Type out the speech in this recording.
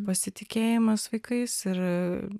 pasitikėjimas vaikais ir